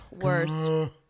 Worst